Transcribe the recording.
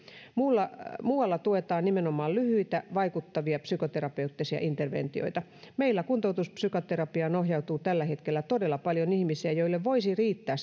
muualla tuetaan nimenomaan lyhyitä vaikuttavia psykoterapeuttisia interventioita meillä kuntoutuspsykoterapiaan ohjautuu tällä hetkellä todella paljon ihmisiä joille voisi riittää